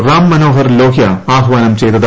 റാം മനോഹർ ലോഹ്യ ആഹ്വാനം ചെയ്തത്